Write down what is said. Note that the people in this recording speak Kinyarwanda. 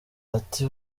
ati